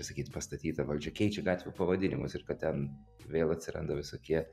pasakyt pastatyta valdžia keičia gatvių pavadinimus ir kad ten vėl atsiranda visokie